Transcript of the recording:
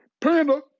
Panda